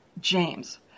James